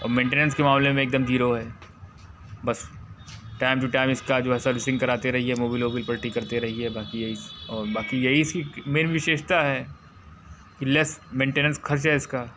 और मेंटेनेंस के मामले में एकदम ज़ीरो है बस टाइम टू टाइम इसका जो है सर्विसिंग कराते रहिए मोबिल ओबिल पलटी करते रहिए बाकि यही स और बाकि यही इसकी मेन विशेषता है कि लेस मेंटेनेंस खर्चा है इसका